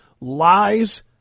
lies